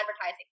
advertising